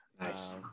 Nice